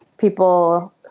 people